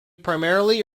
primarily